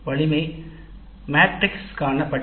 இறுதியாக PO PSO வலிமை மேட்ரிக்ஸுக்கு செல்லவும்